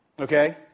Okay